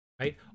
right